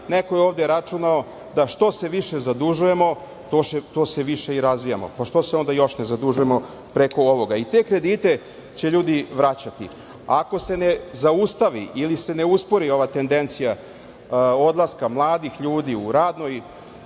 neko je ovde računao da što se više zadužujemo to se više i razvijamo, pa što se onda još ne zadužujemo preko ovoga? I, te kredite će ljudi vraćati ako se ne zaustavi ili se ne uspori ova tendencija odlaska mladih ljudi u periodu